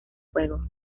fuego